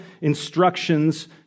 instructions